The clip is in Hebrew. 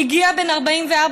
בן 44,